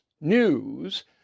News